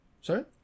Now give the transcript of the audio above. Sorry